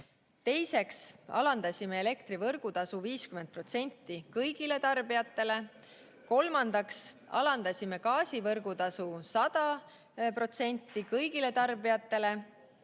Teiseks alandasime elektrivõrgutasu 50% kõigile tarbijatele. Kolmandaks alandasime gaasivõrgutasu 100% kõigile tarbijatele.